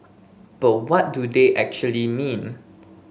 but what do they actually mean